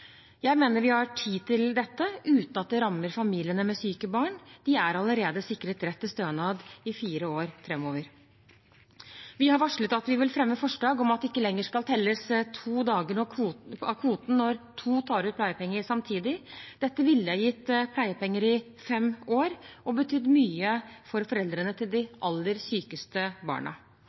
Jeg mener vi har tid til dette, uten at det rammer familiene med syke barn. De er allerede sikret rett til stønad i fire år framover. Vi har varslet at vi vil fremme forslag om at det ikke lenger skal telles to dager av kvoten når to tar ut pleiepenger samtidig. Dette ville gitt pleiepenger i fem år, og det ville betydd mye for foreldrene til de aller sykeste barna.